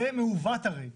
זה מעוות הרי.